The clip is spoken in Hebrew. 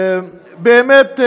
באמת,